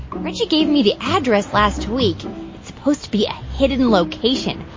reggie gave me the address last week. it's supposed to be a hidden location,